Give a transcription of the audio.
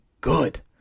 good